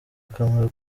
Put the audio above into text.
akamaro